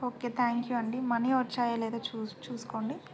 okay thank you అండి money వచ్చాయలేదా చూసుకోండి